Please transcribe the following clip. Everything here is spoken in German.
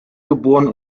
geboren